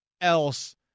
else